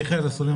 מיכאל אסולין,